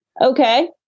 Okay